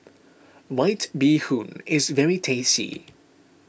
White Bee Hoon is very tasty